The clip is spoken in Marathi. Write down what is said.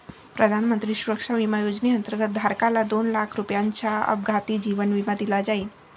प्रधानमंत्री सुरक्षा विमा योजनेअंतर्गत, धारकाला दोन लाख रुपयांचा अपघाती जीवन विमा दिला जाईल